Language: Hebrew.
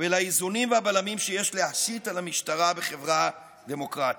ולאיזונים והבלמים שיש להשית על המשטרה בחברה דמוקרטית.